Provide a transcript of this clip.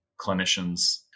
clinicians